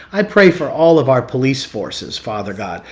i pray for all of our police forces, father, god.